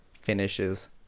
finishes